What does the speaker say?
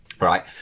right